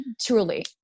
truly